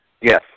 Yes